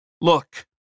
Look